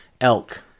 Elk